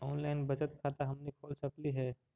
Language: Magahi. ऑनलाइन बचत खाता हमनी खोल सकली हे?